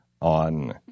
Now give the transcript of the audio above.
on